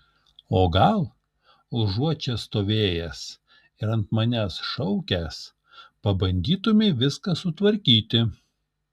o gal užuot čia stovėjęs ir ant manęs šaukęs pabandytumei viską sutvarkyti